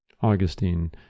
Augustine